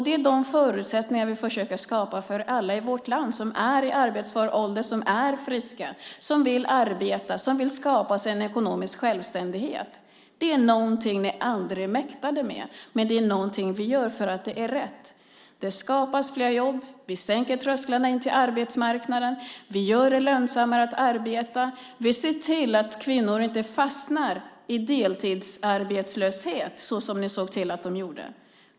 Det är de förutsättningarna vi försöker skapa för alla i vårt land som är i arbetsför ålder, som är friska, som vill arbeta, som vill skapa sig en ekonomisk självständighet. Det är någonting ni aldrig mäktade med, men det är någonting vi gör eftersom det är rätt. Det skapas fler jobb, vi sänker trösklarna in till arbetsmarknaden, vi gör det lönsammare att arbeta och vi ser till att kvinnor inte fastnar i deltidsarbetslöshet - som ni såg till att de gjorde.